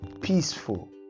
peaceful